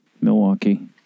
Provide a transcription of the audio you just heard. Milwaukee